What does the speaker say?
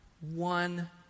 one